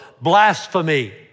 blasphemy